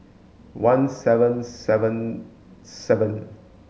one seven seven seven